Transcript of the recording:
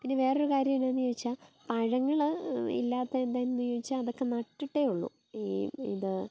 ഇനി വേറൊരു കാര്യം എന്താന്ന് ചോദിച്ചാൽ പഴങ്ങൾ ഇല്ലാത്ത എന്താന്ന് ചോദിച്ചാൽ അതൊക്കെ നട്ടിട്ടേ ഉള്ളൂ ഈ ഇത്